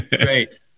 Great